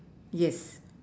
yes